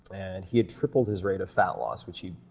and he had tripled his rate of fat loss, which he's